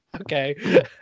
okay